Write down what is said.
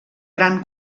gran